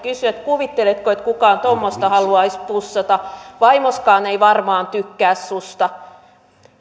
kysyi että kuvitteletko että kukaan tuommoista haluaisi pussata vaimosikaan ei varmaan tykkää sinusta